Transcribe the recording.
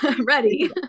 ready